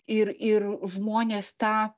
ir ir žmonės tą